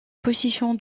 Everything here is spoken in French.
possession